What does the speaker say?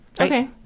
Okay